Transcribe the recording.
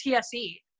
TSE